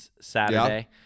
Saturday